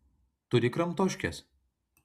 turi kramtoškės